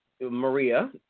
Maria